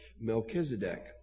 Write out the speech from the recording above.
Melchizedek